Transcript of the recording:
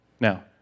Now